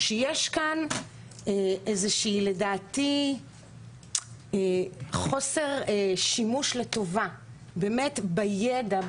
שיש כאן איזשהו לדעתי חוסר שימוש לטובה באמת בידע,